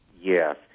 Yes